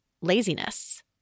laziness